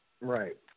right